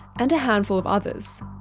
and a handful of others.